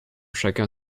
chacun